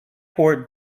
port